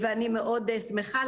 ואני מאוד שמחה על זה,